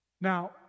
Now